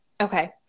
Okay